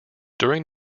during